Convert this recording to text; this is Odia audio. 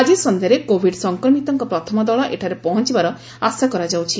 ଆକି ସନ୍ଧ୍ୟାରେ କୋଭିଡ୍ ସଂକ୍ରମିତଙ୍କ ପ୍ରଥମ ଦଳ ଏଠାରେ ପହଞ୍ଚବାର ଆଶା କରାଯାଉଛି